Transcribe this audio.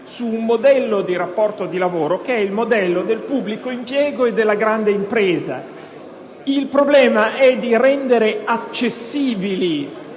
di un modello di rapporto di lavoro che è quello del pubblico impiego e della grande impresa. Il problema è rendere accessibili